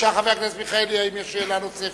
חבר הכנסת מיכאלי, האם יש שאלה נוספת?